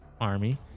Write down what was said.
army